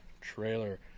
trailer